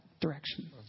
direction